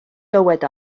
dywed